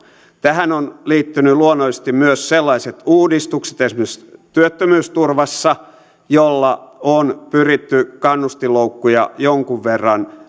tähän ovat liittyneet luonnollisesti myös sellaiset uudistukset esimerkiksi työttömyysturvassa joilla on pyritty kannustinloukkuja jonkun verran